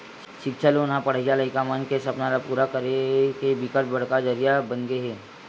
सिक्छा लोन ह पड़हइया लइका मन के सपना ल पूरा करे के बिकट बड़का जरिया बनगे हे